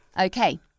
Okay